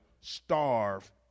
starve